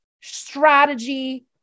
strategy